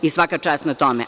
Svaka čast na tome.